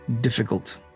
difficult